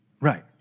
Right